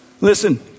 Listen